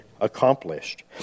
accomplished